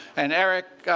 and eric,